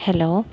hello